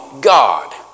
God